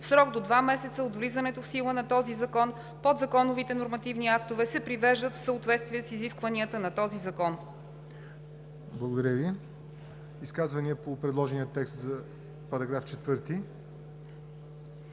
В срок до два месеца от влизането в сила на този закон подзаконовите нормативни актове се привеждат в съответствие с изискванията на този закон.“ ПРЕДСЕДАТЕЛ ЯВОР НОТЕВ: Изказвания по предложения текст за § 4?